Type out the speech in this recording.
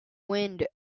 wind